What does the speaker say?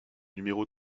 numéro